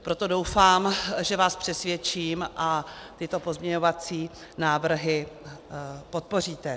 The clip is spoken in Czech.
Proto doufám, že vás přesvědčím a tyto pozměňovací návrhy podpoříte.